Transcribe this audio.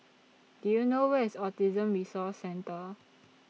Do YOU know Where IS Autism Resource Centre